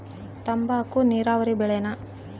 ತಂಬಾಕು ನೇರಾವರಿ ಬೆಳೆನಾ?